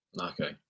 Okay